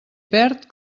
perd